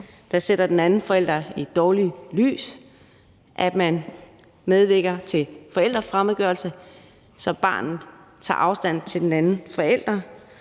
der sætter den anden forælder i et dårligt lys, eller at man medvirker til forældrefremmedgørelse, så barnet tager afstand fra den anden forælder.